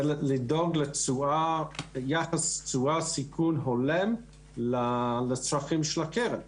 לדאוג לתשואה ביחס תשואה/סיכון הולם לצרכים של הקרן.